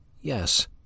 Yes